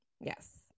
Yes